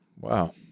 Wow